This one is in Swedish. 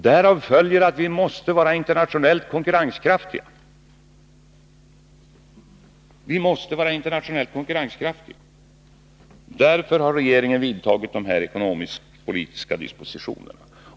Därav följer att vi måste vara internationellt konkurrenskraftiga, och därför har regeringen gjort dessa ekonomiskt-politiska dispositioner.